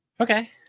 Okay